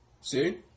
See